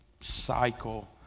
cycle